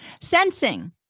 Sensing